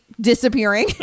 disappearing